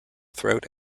throat